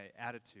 attitude